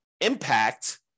impact